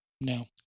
No